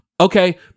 Okay